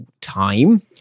time